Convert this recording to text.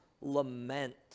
lament